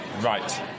Right